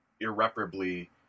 irreparably